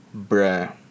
Bruh